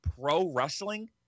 pro-wrestling